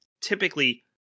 typically